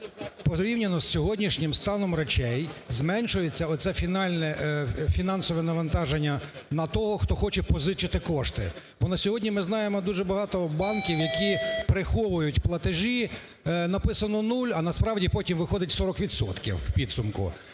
порівняно з сьогоднішнім станом речей зменшується оце фінансове навантаження на того, хто хоче позичити кошти. Бо на сьогодні ми знаємо дуже багато банків, які приховують платежі, написано нуль, а насправді потім виходить 40 відсотків